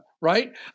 right